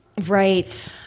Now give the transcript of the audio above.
Right